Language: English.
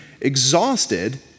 exhausted